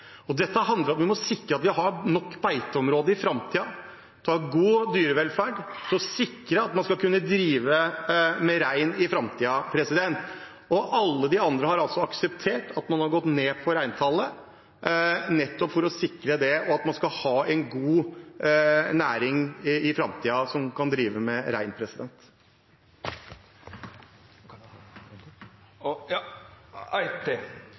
opp. Dette handler om at vi må sikre at vi har nok beiteområder i framtiden, at vi har god dyrevelferd for å sikre at man skal kunne drive med rein i framtiden. Alle de andre har altså akseptert at man har gått ned på reintallet, nettopp for å sikre at man i framtiden skal kunne ha en god næring som kan drive med rein.